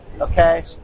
okay